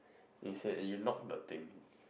you said you knock the thing